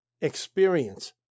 Experience